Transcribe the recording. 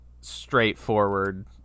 straightforward